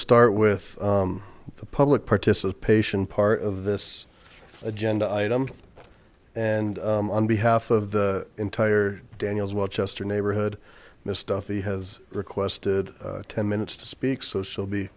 start with the public participation part of this agenda item and on behalf of the entire daniels well chester neighborhood the stuff he has requested ten minutes to speak so she'll be